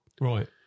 Right